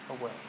away